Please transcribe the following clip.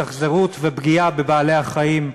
התאכזרות ופגיעה בבעלי-החיים,